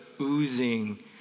oozing